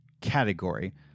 category